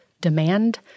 demand